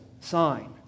sign